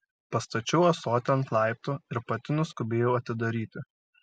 pastačiau ąsotį ant laiptų ir pati nuskubėjau atidaryti